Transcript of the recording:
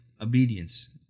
obedience